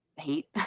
heat